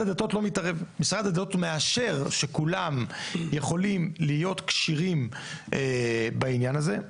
משרד הדתות מאשר שכולם יכולים להיות כשירים בעניין הזה,